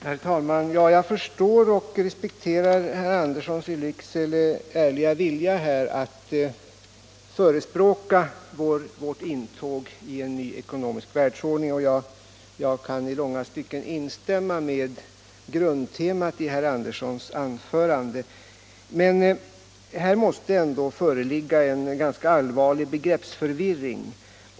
Herr talman! Jag förstår och respekterar herr Anderssons i Lycksele ärliga vilja att förespråka vårt intåg i en ny ekonomisk världsordning. Jag kan i långa stycken instämma i grundtemat i herr Anderssons anförande. Men här måste ändå föreligga en ganska allvarlig begreppsförvirring.